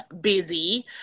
busy